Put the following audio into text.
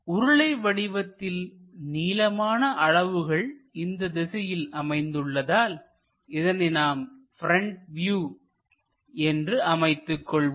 உருளை வடிவத்தில் நீளமான அளவுகள் இந்த திசையில் அமைந்துள்ளதால் இதனை நாம் ப்ரெண்ட் வியூ என்று அமைத்துக் கொள்வோம்